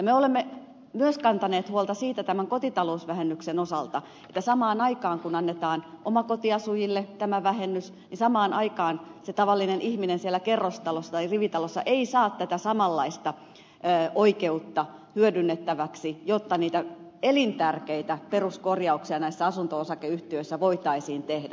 me olemme myös kantaneet huolta siitä tämän kotitalousvähennyksen osalta että samaan aikaan kun annetaan omakotiasujille tämä vähennys niin samaan aikaan se tavallinen ihminen siellä kerrostalossa tai rivitalossa ei saa tätä samanlaista oikeutta hyödynnettäväksi jotta niitä elintärkeitä peruskorjauksia näissä asunto osakeyhtiöissä voitaisiin tehdä